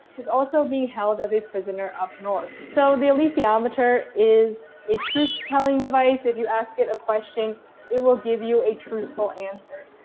who's also being held as a prisoner up north. so the alitheometer is a truth-telling device, if you ask it a question it will give you a truthful answer,